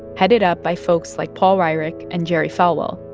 headed up by folks like paul weyrich and jerry falwell,